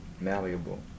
Malleable